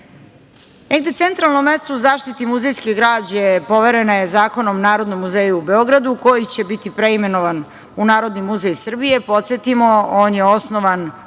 muzeja. Centralno mesto u zaštiti muzejske građe poverena je zakonom Narodnom muzeju u Beogradu, koji će biti preimenovan u - Narodni muzej Srbije. Podsetimo, on je osnovan